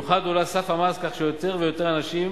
במיוחד הועלה סף המס כך שיותר ויותר אנשים